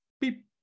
beep